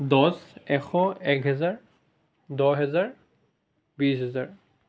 দহ এশ এক হাজাৰ দহ হাজাৰ বিছ হাজাৰ